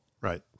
Right